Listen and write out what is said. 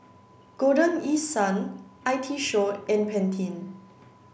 golden East Sun I T Show and Pantene